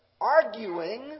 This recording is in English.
arguing